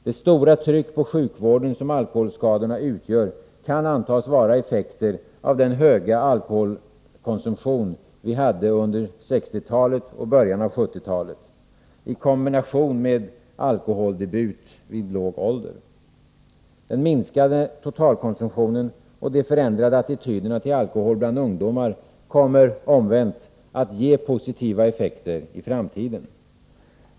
Det stora tryck på sjukvården som alkoholskadorna innebär kan antas vara effekter av den höga alkoholkonsumtion som vi hade under 1960-talet och i början av 1970-talet, i kombination med alkoholdebut vid låg ålder. Den minskade totalkonsumtionen och de förändrade attityderna till alkohol bland ungdomar kommer omvänt att ge positiva effekter i framtiden.